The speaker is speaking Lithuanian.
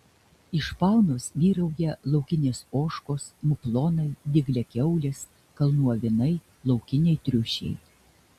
iš faunos vyrauja laukinės ožkos muflonai dygliakiaulės kalnų avinai laukiniai triušiai